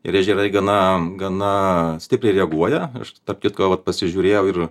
ir ežerai gana gana stipriai reaguoja aš tarp kitko vat pasižiūrėjau ir